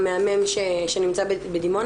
המהמם שנמצא בבית שמש.